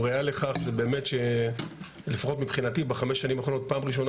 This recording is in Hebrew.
וראיה לכך זה באמת שלפחות מבחינתי בחמש שנים האחרונות פעם ראשונה